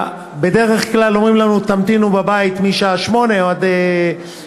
בדרך כלל אומרים לנו: תמתינו בבית מהשעה 08:00 עד 12:00,